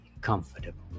comfortable